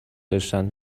داشتند